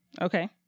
Okay